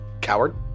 Coward